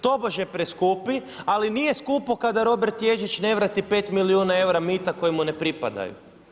Tobože preskupi, ali nije skupo kada Robert Ježić ne vrati 5 milijuna eura mita koji mu ne pripadaju.